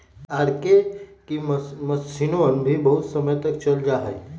R K की मक्षिणवन भी बहुत समय तक चल जाहई